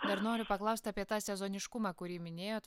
dar noriu paklausti apie tą sezoniškumą kurį minėjot